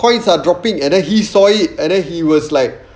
coins are dropping and then he saw it and then he was like